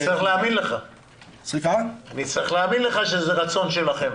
נצטרך להאמין לך שזה רצון שלכם.